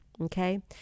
Okay